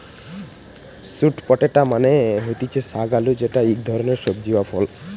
sweet potato মানে হতিছে শাক আলু যেটা ইক ধরণের সবজি বা ফল